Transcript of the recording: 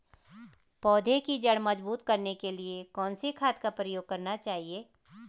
पौधें की जड़ मजबूत करने के लिए कौन सी खाद का प्रयोग करना चाहिए?